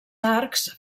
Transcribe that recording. arcs